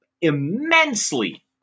immensely